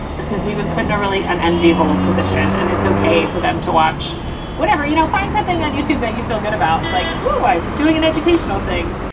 this is we've been put in a really unenviable position and it's ok for them to watch whatever, you know, find something on youtube that you feel good about, like, oh, i'm doing an educational thing,